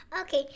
Okay